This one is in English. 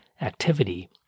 activity